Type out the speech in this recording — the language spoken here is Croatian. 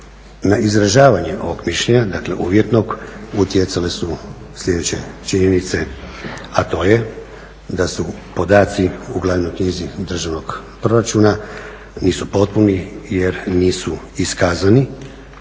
Na izražavanje ovog mišljenja, dakle uvjetnog, utjecale su sljedeće činjenice, a to je da podaci u glavnoj knjizi državnog proračuna nisu potpuni jer nisu iskazani